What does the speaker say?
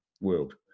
world